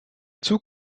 zug